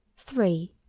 three.